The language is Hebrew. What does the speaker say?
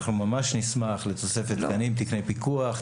אנחנו ממש נשמח לתוספת תקני פיקוח,